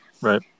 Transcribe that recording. Right